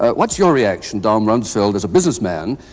ah what's your reaction, don rumsfeld, as a businessman,